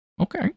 Okay